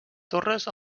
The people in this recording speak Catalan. torres